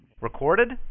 Recorded